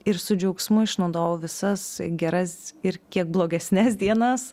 ir su džiaugsmu išnaudojau visas geras ir kiek blogesnes dienas